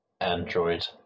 Android